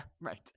right